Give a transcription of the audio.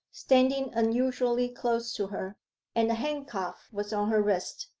standing unusually close to her and a handcuff was on her wrist.